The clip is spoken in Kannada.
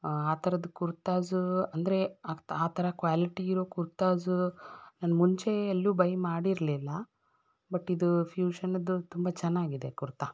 ಆ ಥರದ್ದು ಕುರ್ತಾಸು ಅಂದರೆ ಆಕ್ತ್ ಆ ಥರ ಕ್ವ್ಯಾಲಿಟಿ ಇರೋ ಕುರ್ತಾಸು ನಾನ್ ಮುಂಚೆ ಎಲ್ಲೂ ಬೈ ಮಾಡಿರಲಿಲ್ಲ ಬಟ್ ಇದು ಫ್ಯೂಶನದ್ದು ತುಂಬ ಚೆನ್ನಾಗಿದೆ ಕುರ್ತಾ